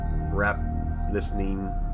rap-listening